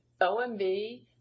OMB